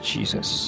Jesus